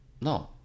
no